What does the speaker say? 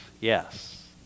Yes